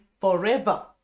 forever